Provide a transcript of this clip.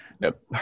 Nope